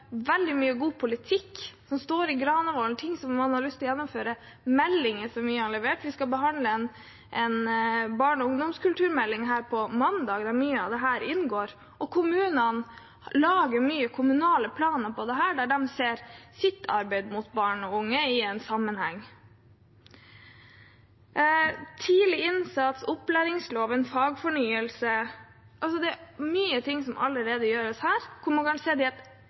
veldig mye god politikk, som det står om i Granavolden-plattformen, ting som man har lyst til å gjennomføre. Barne- og ungdomskulturmeldingen vi har levert, der mye av dette inngår, skal vi diskutere på mandag. Kommunene lager mange kommunale planer om dette, der de ser sitt arbeid for barn og unge i en sammenheng. Det er mye som allerede gjøres: tidlig innsats, opplæringsloven, fagfornyelse. Man ser det